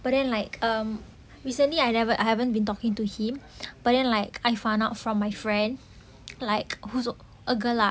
but then like um recently I never I haven't been talking to him but then like I found out from my friend like who's a girl lah